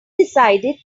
decided